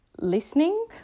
listening